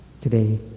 today